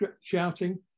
shouting